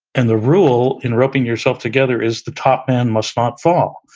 and the rule in roping yourself together is, the top man must not fall,